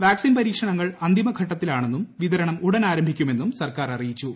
vaccine പരീക്ഷണങ്ങൾ അന്തിമ ഘട്ടത്തിലാണെന്നും വിതരണം ഉടൻ ആരംഭിക്കുമെന്നും സർക്കാർ അറിയിച്ചു